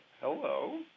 hello